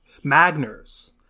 Magners